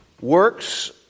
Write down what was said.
Works